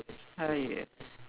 !aiya!